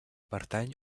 pertany